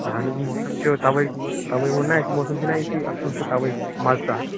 اَہَن حظ موسم چھُ تَوے تَوے ووٚن نا اَسہِ موسم چھُنا یُتھُے اَصٕل چھُ تَوے مَزٕ تہِ اَتھ